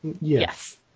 Yes